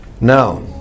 Now